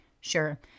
Sure